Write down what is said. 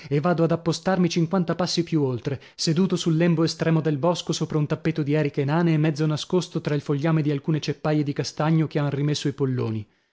e vado ad appostarmi cinquanta passi più oltre seduto sul lembo estremo del bosco sopra un tappeto di eriche nane e mezzo nascosto tra il fogliame di alcune ceppaie di castagno che han rimessi i polloni